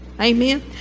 Amen